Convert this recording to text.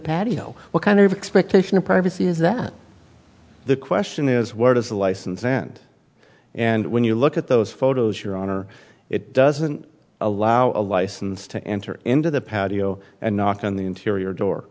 patio what kind of expectation of privacy is that the question is where does the license end and when you look at those photos your honor it doesn't allow a license to enter into the patio and knock on the interior door